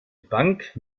bank